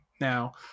Now